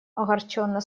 огорченно